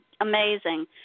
amazing